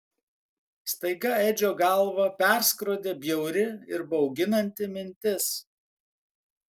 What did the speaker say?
staiga edžio galvą perskrodė bjauri ir bauginanti mintis